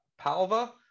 Palva